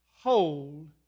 hold